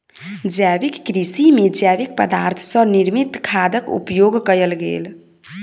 जैविक कृषि में जैविक पदार्थ सॅ निर्मित खादक उपयोग कयल गेल